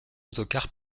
autocars